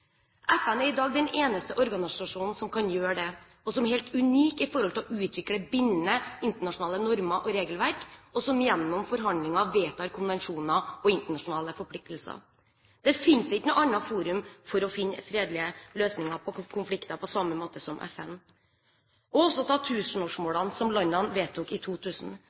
FN er i dag den eneste organisasjonen som kan gjøre det, og som er helt unik når det gjelder å utvikle bindende internasjonale normer og regelverk, og som gjennom forhandlinger vedtar konvensjoner og internasjonale forpliktelser. Det finnes ikke noe annet forum for å finne fredelige løsninger på konflikter på samme måte som med FN – også når det gjelder tusenårsmålene, som landene vedtok i 2000.